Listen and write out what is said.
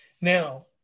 Now